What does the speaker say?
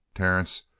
terence,